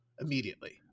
immediately